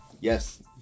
yes